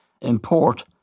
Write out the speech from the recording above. import